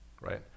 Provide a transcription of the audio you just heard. right